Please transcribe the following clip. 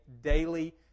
daily